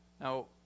Now